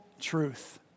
truth